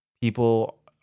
people